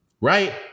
Right